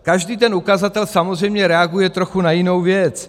Každý ten ukazatel samozřejmě reaguje trochu na jinou věc.